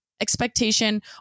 expectation